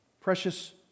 Precious